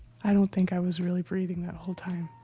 i don't think i was really breathing that whole time.